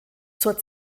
zur